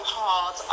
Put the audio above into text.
hard